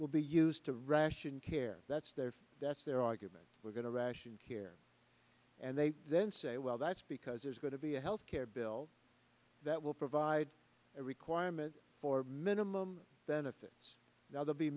will be used to ration care that's their that's their argument we're going to ration care and they then say well that's because there's going to be a health care bill that will provide a requirement for minimum benefits now th